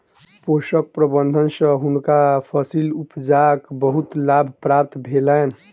पोषक प्रबंधन सँ हुनका फसील उपजाक बहुत लाभ प्राप्त भेलैन